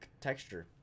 texture